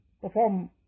perform